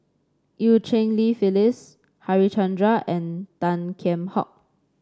Eu Cheng Li Phyllis Harichandra and Tan Kheam Hock